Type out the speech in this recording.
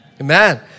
Amen